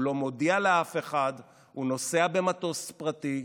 הוא לא מודיע לאף אחד, הוא נוסע במטוס פרטי,